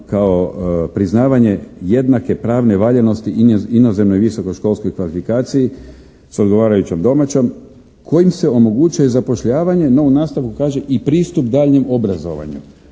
kao priznavanje jednake pravne valjanosti inozemne i visokoškolske kvalifikacije s odgovarajućom domaćom, kojim se omogućuje zapošljavanje no u nastavku kaže, i pristup daljnjem obrazovanju.